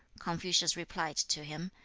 confucius replied to him,